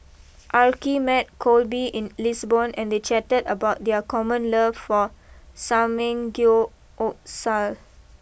Arkie met Kolby in Lisbon and they chatted about their common love for Samgyeopsal